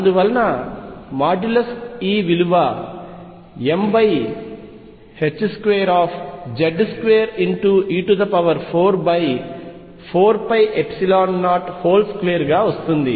అందువలన |E| విలువ m22Z2e44π02 గా వస్తుంది